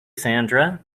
sandra